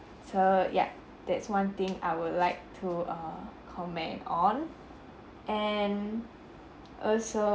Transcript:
so ya that's one thing I would like to err commend on and also